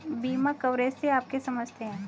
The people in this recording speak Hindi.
बीमा कवरेज से आप क्या समझते हैं?